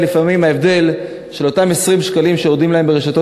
לפעמים זה ההבדל של אותם 20 שקלים שיורדים להם ברשתות